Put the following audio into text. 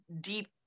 deep